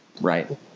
right